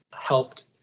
helped